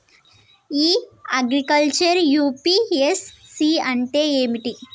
ఇ agriculture UPSC అంటే ఏమిటి?